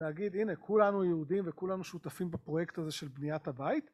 תגיד הנה כולנו יהודים וכולנו שותפים בפרויקט הזה של בניית הבית